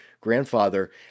grandfather